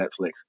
Netflix